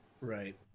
Right